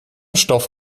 stoff